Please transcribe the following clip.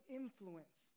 influence